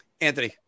Anthony